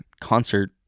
concert